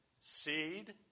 Seed